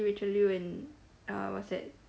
rachel liew and uh what's that